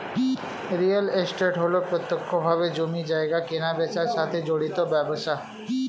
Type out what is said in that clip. real estate হল প্রত্যক্ষভাবে জমি জায়গা কেনাবেচার সাথে জড়িত ব্যবসা